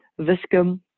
Viscum